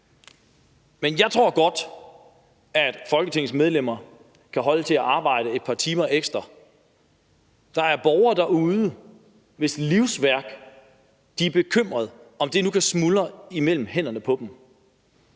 men jeg tror godt, at Folketingets medlemmer kan holde til at arbejde et par timer ekstra. Der er bekymrede borgere derude, hvis livsværk nu kan smuldre mellem hænderne på dem,